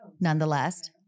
nonetheless